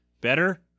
better